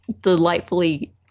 delightfully